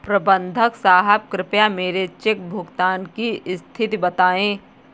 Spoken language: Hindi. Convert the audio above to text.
प्रबंधक साहब कृपया मेरे चेक भुगतान की स्थिति बताएं